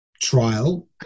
Trial